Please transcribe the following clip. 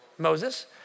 Moses